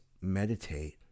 meditate